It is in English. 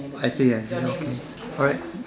I see I see okay alright